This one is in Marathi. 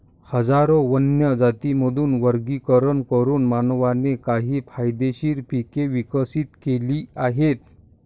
हजारो वन्य जातींमधून वर्गीकरण करून मानवाने काही फायदेशीर पिके विकसित केली आहेत